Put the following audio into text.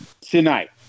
tonight